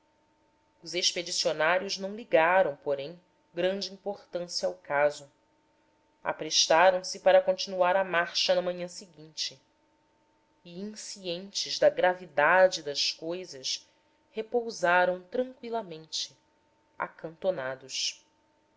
os expedicionários não ligaram porém grande importância ao caso aprestaram se para continuar a marcha na manhã seguinte e inscientes da gravidade das cousas repousaram tranqüilamente acantonados